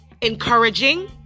encouraging